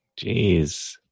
Jeez